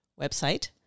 website